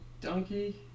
donkey